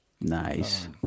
Nice